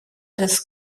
this